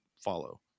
follow